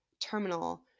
Terminal